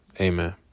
amen